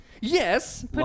Yes